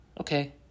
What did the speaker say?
Okay